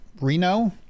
Reno